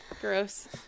Gross